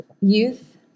youth